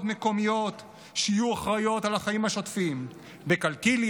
מקומיות שיהיו אחראיות על החיים השוטפים בקלקיליה,